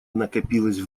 накопилось